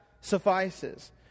suffices